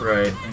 Right